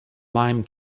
lime